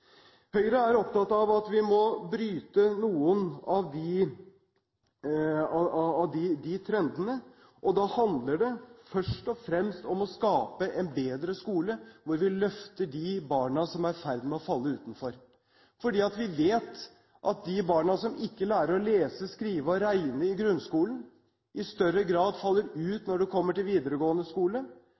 Høyre er opptatt av at vi må bryte noen av de trendene, og da handler det først og fremst om å skape en bedre skole, hvor vi løfter de barna som er i ferd med å falle utenfor. Vi vet at de barna som ikke lærer å lese, skrive og regne i grunnskolen, i større grad faller ut når det kommer til videregående skole,